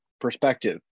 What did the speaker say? perspective